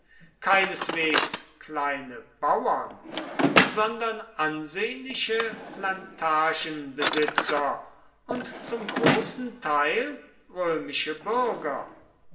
keineswegs kleine bauern sondern ansehnliche plantagenbesitzer und zum großen teil römische bürger